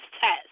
test